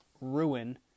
ruin